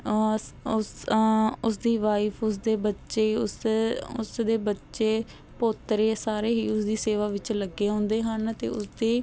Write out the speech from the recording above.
ਸ ਉਸ ਉਸਦੀ ਵਾਈਫ਼ ਉਸਦੇ ਬੱਚੇ ਉਸ ਉਸ ਦੇ ਬੱਚੇ ਪੋਤਰੇ ਸਾਰੇ ਹੀ ਉਸ ਦੀ ਸੇਵਾ ਵਿੱਚ ਲੱਗੇ ਹੁੰਦੇ ਹਨ ਅਤੇ ਉਸਦੀ